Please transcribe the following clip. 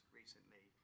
recently